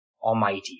Almighty